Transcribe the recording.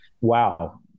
wow